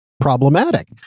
problematic